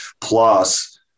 Plus